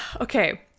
Okay